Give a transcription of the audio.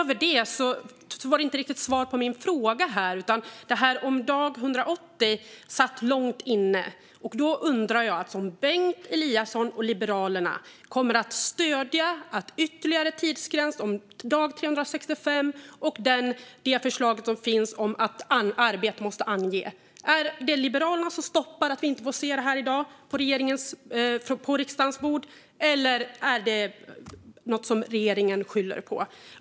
Jag fick inte riktigt svar på min fråga om dag 180. Kommer Bengt Eliasson och Liberalerna att stödja en ytterligare tidsgräns om dag 365 och det förslag som finns om att ange arbete? Är det Liberalerna som stoppar och gör så att vi inte får se förslaget på riksdagens bord? Eller är det något som regeringen skyller på?